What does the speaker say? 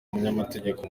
umunyamategeko